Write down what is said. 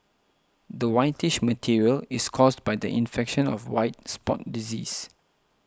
the whitish material is caused by the infection of white spot disease